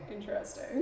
interesting